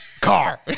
car